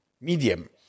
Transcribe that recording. medium